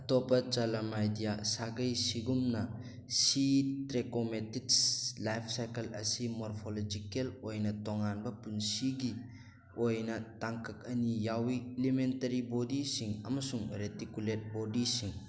ꯑꯇꯣꯞꯄ ꯆꯂꯝꯃꯥꯏꯗꯤꯌꯥ ꯁꯥꯒꯩ ꯁꯤꯒꯨꯝꯅ ꯁꯤ ꯇ꯭ꯔꯦꯀꯣꯃꯦꯇꯤꯁ ꯂꯥꯏꯐ ꯁꯥꯏꯀꯜ ꯑꯁꯤ ꯃꯣꯔꯐꯣꯂꯣꯖꯤꯀꯦꯜ ꯑꯣꯏꯅ ꯇꯣꯉꯥꯟꯕ ꯄꯨꯟꯁꯤꯒꯤ ꯑꯣꯏꯅ ꯇꯥꯡꯀꯛ ꯑꯅꯤ ꯌꯥꯎꯏ ꯏꯂꯤꯃꯦꯟꯇꯔꯤ ꯕꯣꯗꯤꯁꯤꯡ ꯑꯃꯁꯨꯡ ꯔꯦꯇꯤꯀꯨꯂꯦꯠ ꯕꯣꯗꯤꯁꯤꯡ